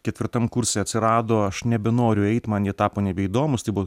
ketvirtam kurse atsirado aš nebenoriu eiti man jie tapo nebeįdomūs tai buvo